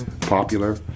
popular